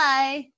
Bye